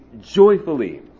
joyfully